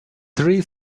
three